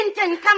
come